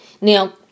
now